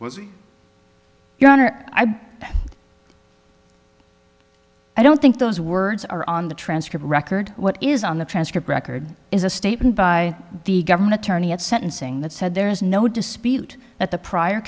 goner i don't think those words are on the transcript record what is on the transcript record is a statement by the government attorney at sentencing that said there is no dispute that the prior